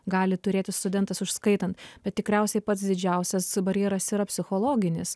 gali turėti studentas užskaitant bet tikriausiai pats didžiausias barjeras yra psichologinis